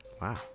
Wow